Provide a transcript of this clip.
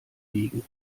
wiegen